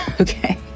Okay